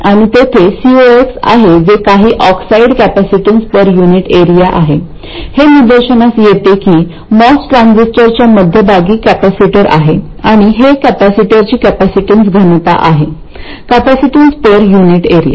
आणि तेथे Cox आहे जे काही oxide capacitance per unit area आहे हे निदर्शनास येते की मॉस ट्रान्झिस्टरच्या मध्यभागी कॅपेसिटर आहे आणि हे कॅपेसिटरची कॅपेसिटन्स घनता आहे कपॅसिटीन्स पर युनिट एरिया